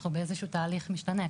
אנחנו בתהליך משתנה,